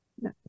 No